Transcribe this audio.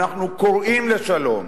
אנחנו קוראים לשלום